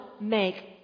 make